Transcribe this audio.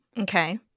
Okay